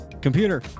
Computer